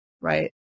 right